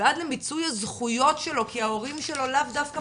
ועד למיצוי הזכויות שלו כי ההורים שלו לאו דווקא